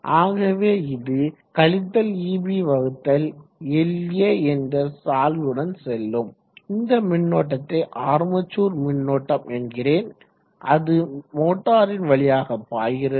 ஆகவே இ இது eb வகுத்தல் La என்ற சாய்வுடன் செல்லும் இந்த மின்னோட்டத்தை ஆர்மெச்சூர் மின்னோட்டம் என்கிறேன் அது மோட்டாரின் வழியாக பாய்கிறது